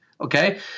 Okay